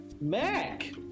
Mac